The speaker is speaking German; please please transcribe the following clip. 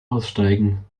aussteigen